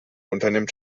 unternimmt